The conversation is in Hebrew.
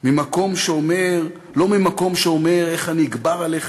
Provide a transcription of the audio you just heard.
לא ממקום שאומר איך אני אגבר עליך